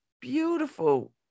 beautiful